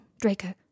Draco